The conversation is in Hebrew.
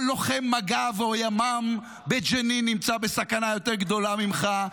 כל לוחם מג"ב או ימ"מ בג'נין נמצא בסכנה יותר גדולה ממך,